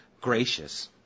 gracious